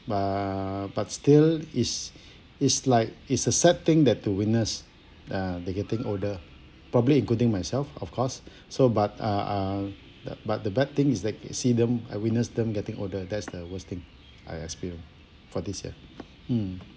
but but still is is like is accepting that to witness uh they're getting older probably including myself of course so but uh uh the but the bad thing is that you see them I witnessed them getting older that's the worst thing I experience for this year mm